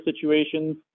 situations